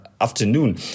afternoon